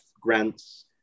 grants